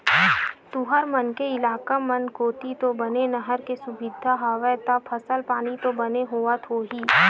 तुंहर मन के इलाका मन कोती तो बने नहर के सुबिधा हवय ता फसल पानी तो बने होवत होही?